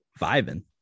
vibing